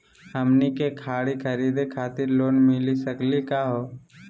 हमनी के गाड़ी खरीदै खातिर लोन मिली सकली का हो?